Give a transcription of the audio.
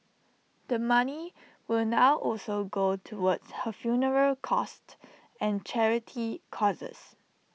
the money will now also go towards her funeral costs and charity causes